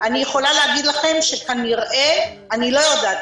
אני יכולה להגיד לכם שכנראה אני לא יודעת,